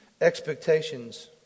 Expectations